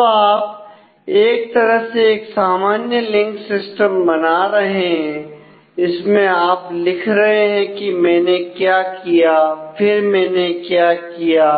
तो आप एक तरह से एक सामान्य लिंक सिस्टम बना रहे हैं इसमें आप लिख रहे हैं कि मैंने क्या किया फिर मैंने क्या किया